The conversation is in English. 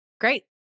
Great